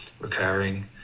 recurring